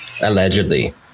Allegedly